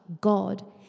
god